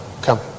come